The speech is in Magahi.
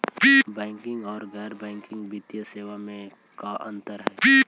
बैंकिंग और गैर बैंकिंग वित्तीय सेवाओं में का अंतर हइ?